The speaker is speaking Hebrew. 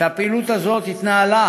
לוועדות התכנון, וטוב שהפעילות הזאת התנהלה